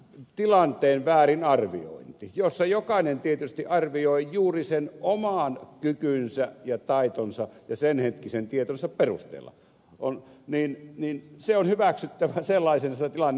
tämä tilanteen väärinarviointi jossa jokainen tietysti arvioi juuri sen oman kykynsä ja taitonsa ja senhetkisen tietonsa perusteella on hyväksyttävä sellaisessa tilanteessa